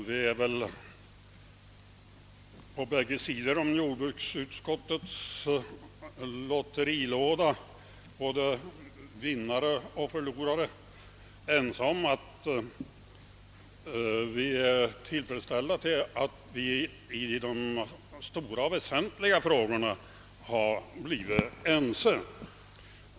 Herr talman! På bägge sidor om jordbruksutskottets lotterilåda finns både vinnare och förlorare. Men vi är tillfredsställda med att vi i de stora väsentliga frågorna har blivit ense.